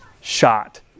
shot